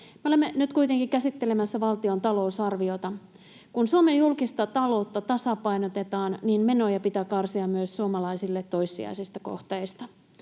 olemme nyt kuitenkin käsittelemässä valtion talousarviota. Kun Suomen julkista taloutta tasapainotetaan, menoja pitää karsia myös suomalaisille toissijaisista kohteista.